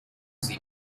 sie